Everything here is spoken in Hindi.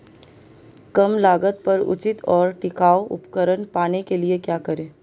कम लागत पर उचित और टिकाऊ उपकरण पाने के लिए क्या करें?